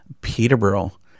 Peterborough